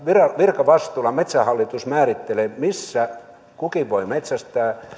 virkavastuulla metsähallitus määrittelee missä kukin voi metsästää